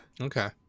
Okay